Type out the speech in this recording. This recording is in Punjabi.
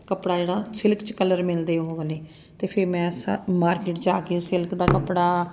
ਕੱਪੜਾ ਜਿਹੜਾ ਸਿਲਕ 'ਚ ਕਲਰ ਮਿਲਦੇ ਉਹ ਵਾਲੇ ਅਤੇ ਫਿਰ ਮੈਂ ਮਾਰਕੀਟ ਜਾ ਕੇ ਸਿਲਕ ਦਾ ਕੱਪੜਾ